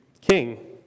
king